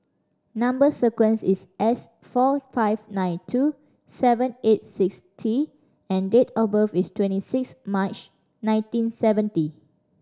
number sequence is S four five nine two seven eight six T and date of birth is twenty six March nineteen seventy